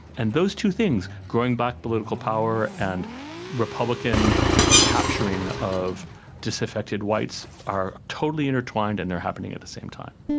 and those two things growing black political power, and republican capturing of disaffected whites are totally intertwined and they are happening at the same time.